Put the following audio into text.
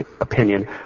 opinion